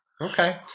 okay